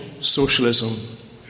Socialism